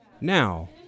Now